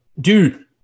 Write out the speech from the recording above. dude